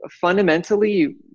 fundamentally